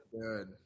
good